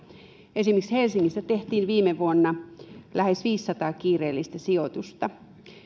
esimerkiksi helsingissä tehtiin viime vuonna lähes viisisataa kiireellistä sijoitusta